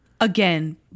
Again